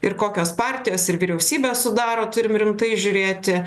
ir kokios partijos ir vyriausybę sudaro turim rimtai žiūrėti